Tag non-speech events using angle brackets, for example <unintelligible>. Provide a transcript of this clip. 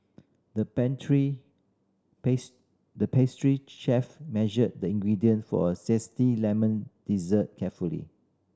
the <unintelligible> the pastry chef measured the ingredient for a zesty lemon dessert carefully